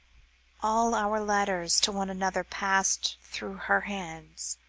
all our letters to one another passed through her hands.